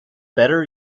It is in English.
better